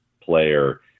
player